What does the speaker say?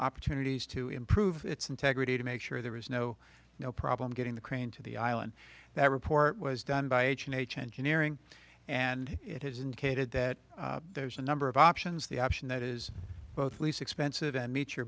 opportunities to improve its integrity to make sure there was no no problem getting the crane to the island that report was done by h and h engineering and it has indicated that there's a number of options the option that is both least expensive and meet your